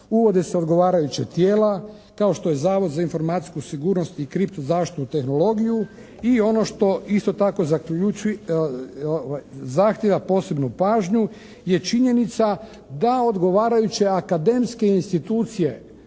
Uvode se odgovarajuća tijela kao što je Zavod za informacijsku sigurnost i kripto-zaštitnu tehnologiju i ono što isto tako zahtijeva posebnu pažnju je činjenica da odgovarajuće akademske institucije